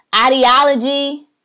ideology